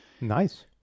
Nice